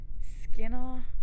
Skinner